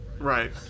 Right